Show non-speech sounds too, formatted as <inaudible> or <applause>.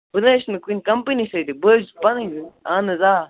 بہٕ نہٕ حظ چھُس نہٕ کُنہِ کَمپٔنۍ سۭتی بہٕ حظ چھُس پَنٕنۍ <unintelligible> اَہن حظ آ